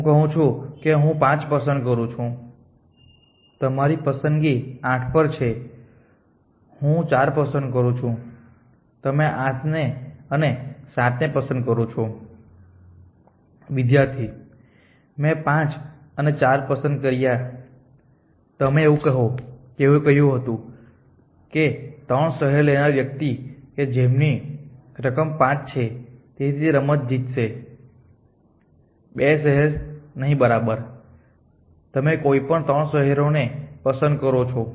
હું કહું છું કે હું 5 પસંદ કરું છું તમારી પસંદગી 8 પર છે હું 4 પસંદ કરું છું તમે 8 અને 7 પસંદ કરો છો